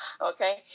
okay